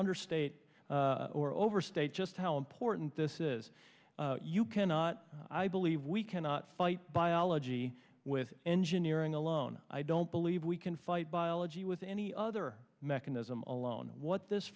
understate or overstate just how important this is you cannot i believe we cannot fight biology with engineering alone i don't believe we can fight biology with any other mechanism alone what this